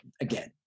again